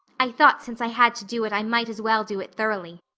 i thought since i had to do it i might as well do it thoroughly.